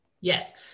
Yes